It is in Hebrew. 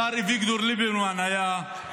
השר אביגדור ליברמן היה,